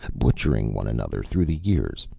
butchering one another through the years,